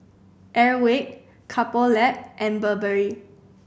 Airwick Couple Lab and Burberry